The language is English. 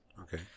Okay